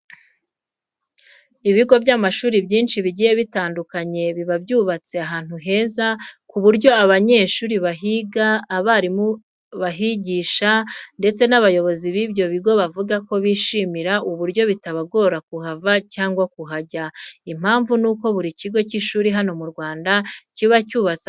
Ibigo by'amashuri byinshi bigiye bitandukanye biba byubatse ahantu heza ku buryo abanyeshuri bahiga, abarimu bahigisha ndetse n'abayobozi b'ibyo bigo bavuga ko bishimira uburyo bitabagora kuhava cyangwa kuhajya. Impamvu nuko buri kigo cy'ishuri hano mu Rwanda, kiba cyubatse ahantu hegereye umuhanda.